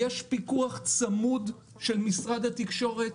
יש פיקוח צמוד של משרד התקשורת,